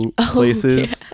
places